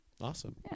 awesome